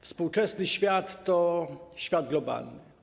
Współczesny świat to świat globalny.